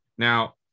Now